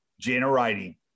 generating